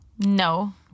No